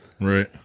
right